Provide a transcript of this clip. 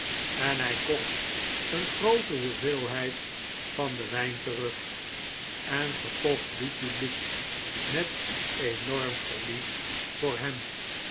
en hij kocht een groote hoeveelheid van den wijn terug en verkocht dien publiek met enorm verlies voor hem